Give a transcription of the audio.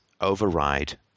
override